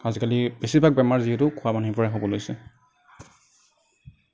আজিকালি বেছিভাগ বেমাৰ যিহেতু খোৱা পানীৰ পৰা হ'ব লৈছে